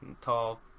tall